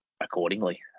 accordingly